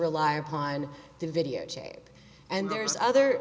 rely upon the videotape and there's other